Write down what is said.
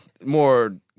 more